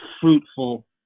fruitful